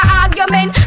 argument